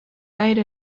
made